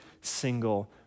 single